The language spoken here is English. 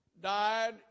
died